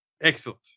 Excellent